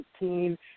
18